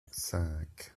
cinq